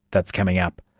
that's coming up.